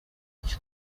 icyo